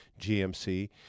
GMC